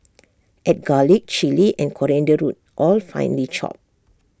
add garlic Chilli and coriander root all finely chopped